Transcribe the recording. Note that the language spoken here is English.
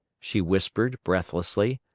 she whispered, breathlessly.